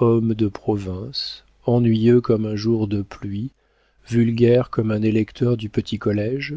homme de province ennuyeux comme un jour de pluie vulgaire comme un électeur du petit collége